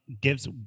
gives